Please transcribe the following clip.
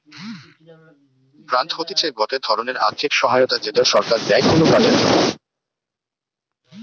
grant হতিছে গটে ধরণের আর্থিক সহায়তা যেটা সরকার দেয় কোনো কাজের জন্যে